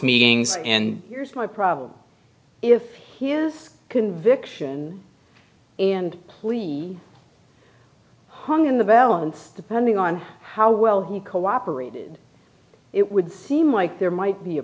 meetings and here's my problem if he is conviction and we hung in the balance depending on how well he cooperated it would seem like there might be a